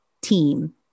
team